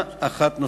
3),